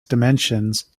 dimensions